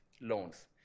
loans